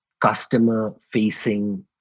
customer-facing